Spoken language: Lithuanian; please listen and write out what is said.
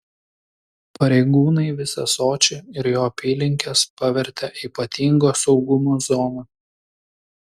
pareigūnai visą sočį ir jo apylinkes pavertė ypatingo saugumo zona